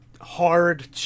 hard